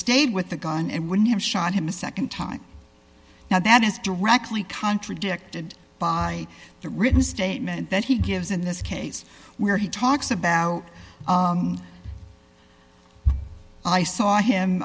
stayed with the gun and wouldn't have shot him a nd time now that is directly contradicted by the written statement that he gives in this case where he talks about i saw